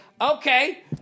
okay